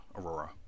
Aurora